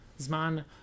Zman